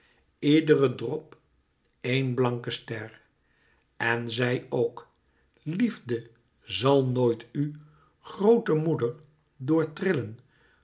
iedere drop eén blanke ster het zij zoo liefde zal nooit ù groote moeder door trillen